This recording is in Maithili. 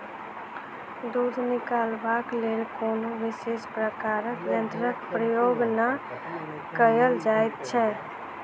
दूध निकालबाक लेल कोनो विशेष प्रकारक यंत्रक प्रयोग नै कयल जाइत छै